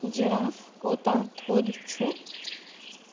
giraffe کوتاہ تھوٚد چھُ